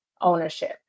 ownership